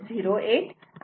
08 आहे